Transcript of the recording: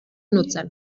nutzen